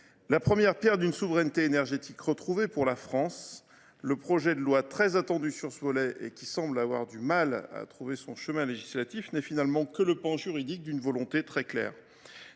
une première pierre, celle d’une souveraineté énergétique retrouvée pour la France. Le présent projet de loi, très attendu sur ce volet, même s’il a eu du mal à trouver son chemin législatif, n’est finalement que la traduction juridique d’une volonté très claire.